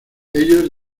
ellos